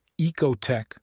ecotech